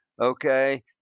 Okay